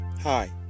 Hi